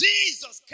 Jesus